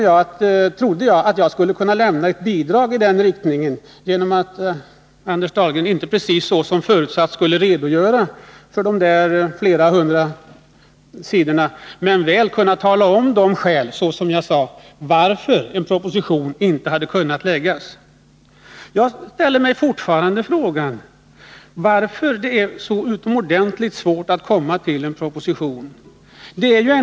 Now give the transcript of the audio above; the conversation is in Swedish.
Jag trodde att jag skulle kunna lämna ett bidrag i den riktningen, inte Om förslag till precis genom att Anders Dahlgren skulle redogöra för de flera hundra riksdagen rörande sidorna remisser, men väl genom att han talade om skälen till att en — jövslybekämpning proposition inte kunnat läggas fram. Jagställer mig fortfarande frågan: Varför är det så utomordentligt svårt att komma med en proposition?